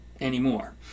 anymore